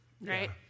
right